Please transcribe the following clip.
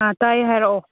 ꯑꯥ ꯇꯥꯏꯌꯦ ꯍꯥꯏꯔꯛꯑꯣ